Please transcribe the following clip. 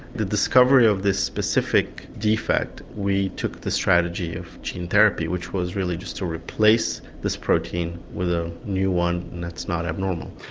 the discovery of this specific defect, we took the strategy of gene therapy which was really just to replace this protein with a new one that's not abnormal.